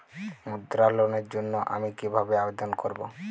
মুদ্রা লোনের জন্য আমি কিভাবে আবেদন করবো?